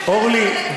אורלי,